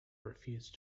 refused